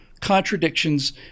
contradictions